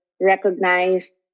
recognized